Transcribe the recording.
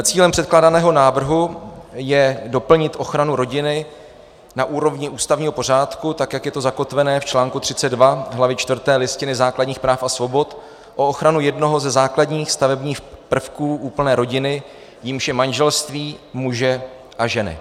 Cílem předkládaného návrhu je doplnit ochranu rodiny na úrovni ústavního pořádku, tak jak je to zakotvené v článku 32 hlavy čtvrté Listiny základních práv a svobod, o ochranu jednoho ze základních stavebních prvků úplné rodiny, jímž je manželství muže a ženy.